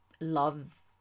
love